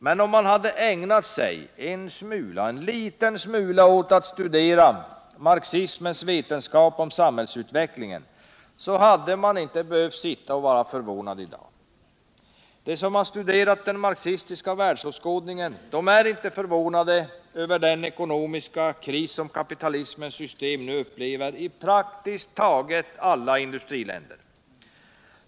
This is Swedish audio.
Men om de hade ägnat sig en smula åt att studera marxismens vetenskap om samhällsutvecklingen, hade de inte behövt sitta och vara förvånade i dag. De som har studerat den marxistiska världsåskådningen är inte förvånade över den ekonomiska kris som kapitalismens system nu upplever i praktiskt taget alla industriländer.